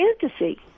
fantasy